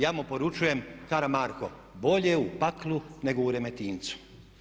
Ja mu poručujem Karamarko bolje u paklu nego u Remetincu.